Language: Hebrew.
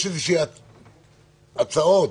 יש הצעה,